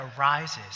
arises